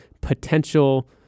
potential